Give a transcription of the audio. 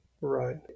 Right